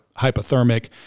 hypothermic